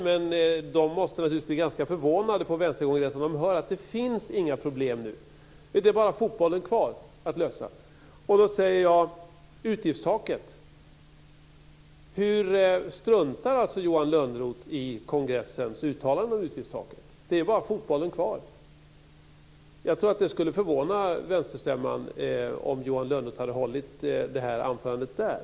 Man måste ha blivit förvånad på vänsterkongressen när man fick höra att det inte finns några problem nu. Det är bara fotbollen kvar. Jag säger då: utgiftstaket. Struntar Johan Lönnroth i kongressens uttalande om utgiftstaket? Det är bara fotbollen kvar. Det skulle ha förvånat vänsterstämman om Johan Lönnroth hade hållit det här anförandet där.